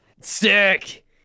Sick